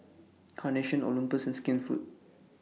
Carnation Olympus and Skinfood